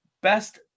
best